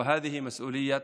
וזה אחריות הממשלה.